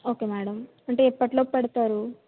okay madam అంటే ఎప్పటిలోపు పెడతారు